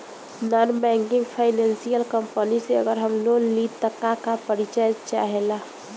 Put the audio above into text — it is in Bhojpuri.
नॉन बैंकिंग फाइनेंशियल कम्पनी से अगर हम लोन लि त का का परिचय चाहे ला?